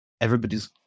everybody's